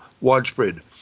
widespread